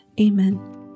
Amen